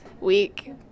week